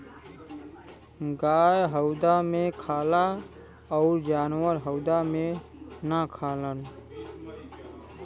गाय हउदा मे खाला अउर जानवर हउदा मे ना खालन